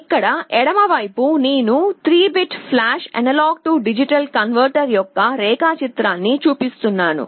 ఇక్కడ ఎడమ వైపు నేను 3 bit flash A D converter యొక్క రేఖాచిత్రాన్ని చూపిస్తున్నాను